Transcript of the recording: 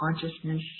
consciousness